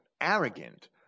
arrogant